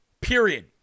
Period